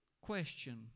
Question